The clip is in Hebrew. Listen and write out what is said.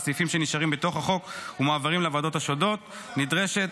על סעיפים שנשארים בתוך החוק ומועברים לוועדות השונות נדרשת